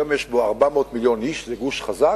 היום יש בו 400 מיליון איש, זה גוש חזק,